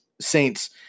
Saints